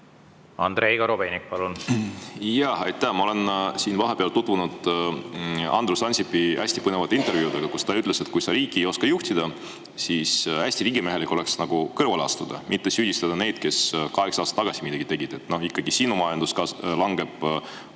Andrei Korobeinik, palun! Aitäh! Ma olen siin vahepeal tutvunud Andrus Ansipi hästi põnevate intervjuudega, kus ta on öelnud, et kui sa riiki ei oska juhtida, siis hästi riigimehelik oleks kõrvale astuda, mitte süüdistada neid, kes kaheksa aastat tagasi midagi tegid. Ikkagi meie majandus on pea